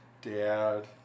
Dad